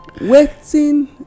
waiting